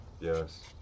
yes